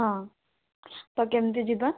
ହଁ ତ କେମତି ଯିବା